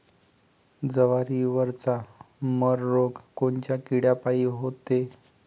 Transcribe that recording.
जवारीवरचा मर रोग कोनच्या किड्यापायी होते?